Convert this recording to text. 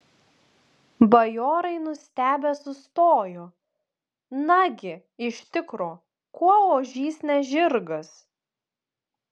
bajorai nustebę sustojo nagi iš tikro kuo ožys ne žirgas